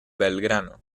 belgrano